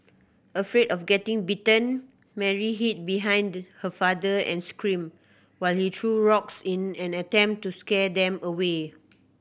afraid of getting bitten Mary hid behind her father and screamed while he threw rocks in an attempt to scare them away